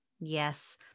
Yes